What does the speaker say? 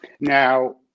Now